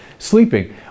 Sleeping